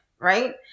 Right